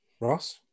Ross